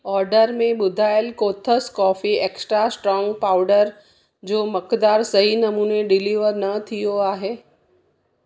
order में ॿुधायल कोथस कॉफ़ी एक्स्ट्रा स्ट्रांग पाउडर जो मक़दार सही नमूने डिलीवर न थियो आहे